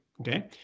Okay